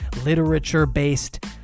literature-based